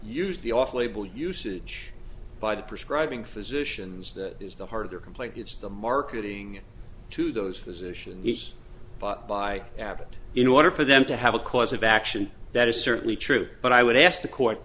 use the off label usage by the prescribe ing physicians that is the heart of their complaint it's the marketing to those physicians he's by abbott in order for them to have a cause of action that is certainly true but i would ask the court